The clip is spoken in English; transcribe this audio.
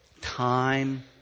Time